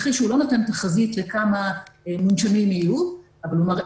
תרחיש לא נותן תחזית לכמה מונשמים יהיו אבל הוא מראה